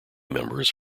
members